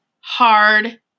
hard